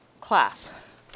class